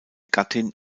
gattin